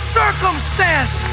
circumstance